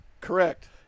Correct